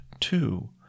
two